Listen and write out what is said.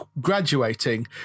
graduating